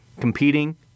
competing